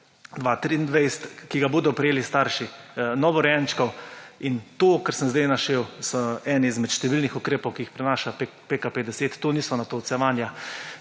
2022, ki ga bodo prejeli starši novorojenčkov. In to, kar sem zdaj naštel, so eni izmed številnih ukrepov, ki jih prinaša PKP10. To niso natolcevanja.